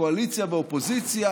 קואליציה ואופוזיציה